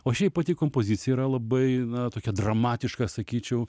o šiaip pati kompozicija yra labai na tokia dramatiška sakyčiau